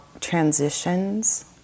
transitions